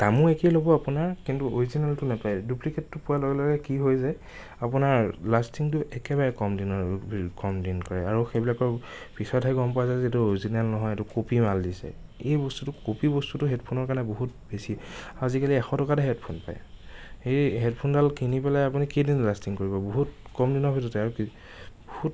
দামো একেই ল'ব আপোনাৰ কিন্তু অৰিজিনেলটো নাপায় ডুপ্লিকেটটো পোৱাৰ লগে লগে কি হৈ যায় আপোনাৰ লাষ্টিংটো একেবাৰে কম দিনৰ কম দিন কৰে আৰু সেইবিলাকৰ পিছতহে গ'ম পোৱা যায় যে এইটো অৰিজিনেল নহয় এইটো কপি মাল দিছে এই বস্তুটো কপি বস্তুটো হেডফোনৰ কাৰণে বহুত বেছি আৰু আজিকালি এশ টকাতে হেডফোন পায় সেই হে়ডফোনডাল কিনি পেলাই আপুনি কেইদিন লাষ্টিং কৰিব বহুত কম দিনৰ ভিতৰতে আৰু বহুত